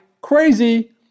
crazy